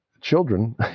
children